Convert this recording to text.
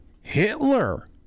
Hitler